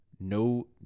no